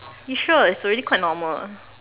you sure it's already quite normal ah